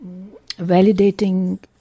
validating